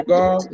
God